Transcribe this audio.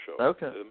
Okay